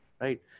right